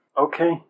Okay